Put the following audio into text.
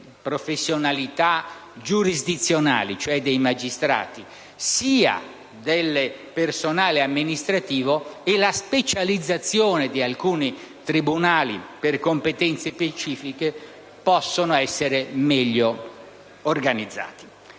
professionalità giurisdizionali, cioè dei magistrati, sia del personale amministrativo, così come la specializzazione di alcuni tribunali per competenze specifiche, possono essere meglio organizzate.